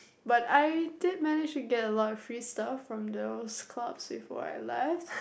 but I did manage to get a lot free stuff from those clubs before I left